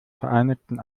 vereinigten